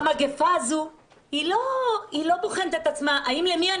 המגפה הזאת לא שואלת את עצמה למי היא